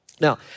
Now